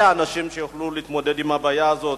אנשים שיוכלו להתמודד עם הבעיה הזאת.